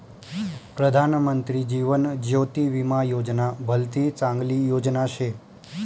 प्रधानमंत्री जीवन ज्योती विमा योजना भलती चांगली योजना शे